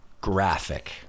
graphic